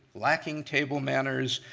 lacking table manners,